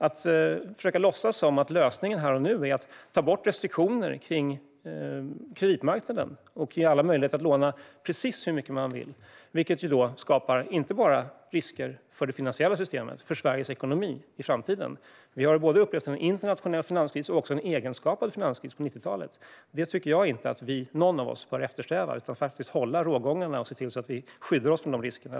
Att försöka låtsas som om lösningen här och nu är att ta bort restriktioner kring kreditmarknaden och ge alla möjlighet att låna precis hur mycket de vill skapar risker för det finansiella systemet och för Sveriges ekonomi i framtiden. Vi har upplevt både en internationell finanskris och en egenskapad finanskris på 90-talet. Det tycker jag inte att någon av oss bör eftersträva, utan vi bör hålla rågångarna och se till att vi skyddar oss från de riskerna.